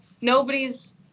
nobody's